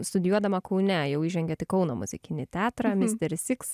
studijuodama kaune jau įžengėt į kauno muzikinį teatrą misteris iks